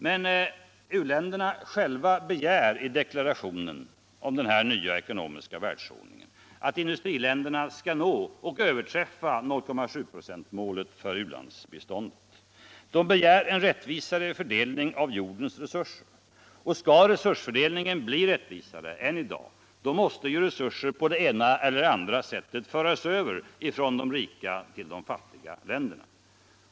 Men u-länderna själva begär i deklarationen om den nya ekonomiska världsordningen att industriländerna skall nå och överträffa 0.7-procentsmålet för u-landsbistånd. De begär en rättvisare fördelning av jordens resurser. Skall resursfördelningen bli rättvisare än I dag måste resurser på det ena eller andra sättet föras över från rika till fattiga länder.